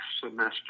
semester